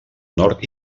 nord